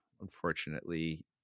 unfortunately